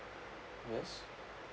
yes